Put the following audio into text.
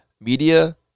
media